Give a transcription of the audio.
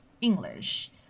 English